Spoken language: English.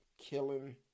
killing